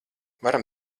varam